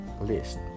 list